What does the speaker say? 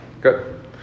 Good